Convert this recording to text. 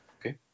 Okay